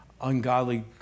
ungodly